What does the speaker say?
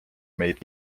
meid